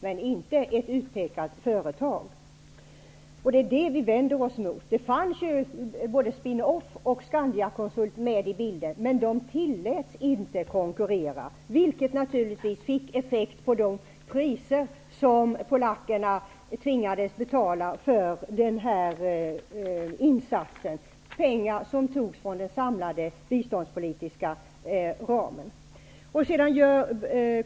Men inte ett visst utpekat företag. Vi i Folkpartiet vänder oss mot detta. Både Spin Off och Scandiaconsult fanns med i bilden. Men de tilläts inte konkurrera, viket naturligtvis påverkade de priser som polackerna tvingades betala för denna insats. Det var pengar som togs från den samlade biståndspolitiska ramen.